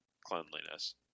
cleanliness